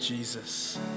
Jesus